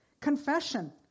Confession